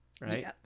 Right